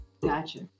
Gotcha